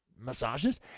massages